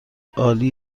عالی